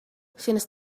since